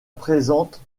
présente